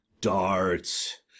Darts